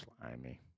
slimy